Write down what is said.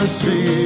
see